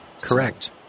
Correct